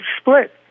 split